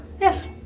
yes